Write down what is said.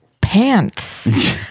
pants